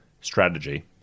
strategy